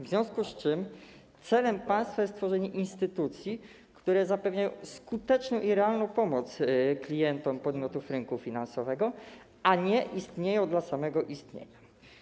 W związku z tym celem państwa jest stworzenie instytucji, które zapewnią skuteczną i realną pomoc klientom podmiotów rynku finansowego, a nie będą istniały dla samego istnienia.